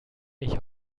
ich